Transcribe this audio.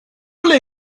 moly